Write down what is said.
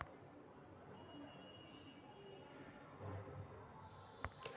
सोहन ने पूछल कई कि सूक्ष्म वित्त का होबा हई?